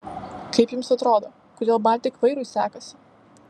kaip jums atrodo kodėl baltik vairui sekasi